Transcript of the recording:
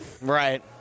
right